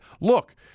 Look